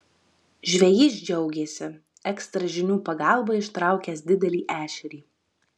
žvejys džiaugėsi ekstra žinių pagalba ištraukęs didelį ešerį